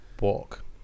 walk